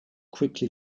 quickly